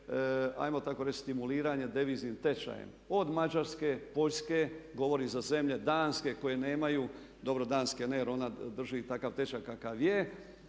hajmo tako reći stimuliranje deviznim tečajem od Mađarske, Poljske, govorim za zemlje Danske koje nemaju. Dobro Danske ne, jer ona drži takav tečaj kakav je